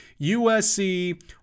USC –